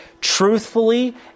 truthfully